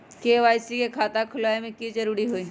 KYC के खाता खुलवा में की जरूरी होई?